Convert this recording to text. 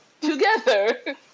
together